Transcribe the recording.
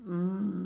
mm